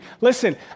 Listen